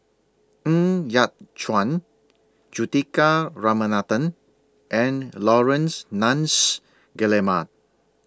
Ng Yat Chuan Juthika Ramanathan and Laurence Nunns Guillemard